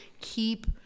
keep